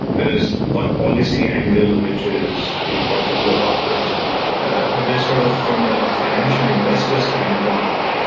there is one policy angle which is you know what to do about it but there's sort of from a financial investor standpoint,